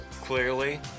Clearly